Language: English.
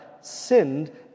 sinned